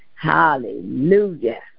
Hallelujah